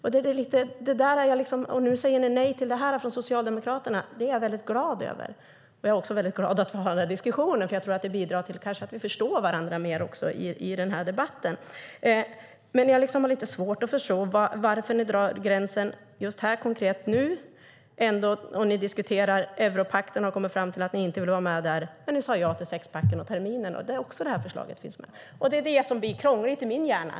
Nu säger ni i Socialdemokraterna nej till det här. Det är jag väldigt glad över. Jag är också glad över att få höra diskussionen, för jag tror att det bidrar till att vi förstår varandra bättre i debatten. Jag har dock svårt att förstå varför ni drar gränsen just här. Ni har kommit fram till att ni inte vill vara med i europakten, men ni sade ja till sexpacken och terminen, och där finns ju också det här förslaget med. Det är detta som blir krångligt i min hjärna.